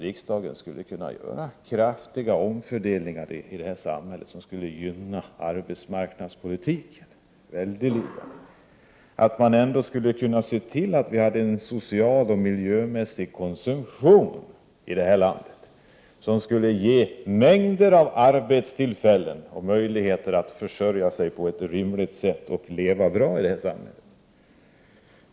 Riksdagen skulle väl kunna göra kraftiga omfördelningar i samhället som skulle gynna arbetsmarknadspolitiken väldeliga. Riksdagen skulle ändå kunna se till att vi hade en social och miljömässig konsumtion i det här landet som skulle ge mängder av arbetstillfällen och möjligheter att försörja sig på ett rimligt sätt och leva bra i det här samhället.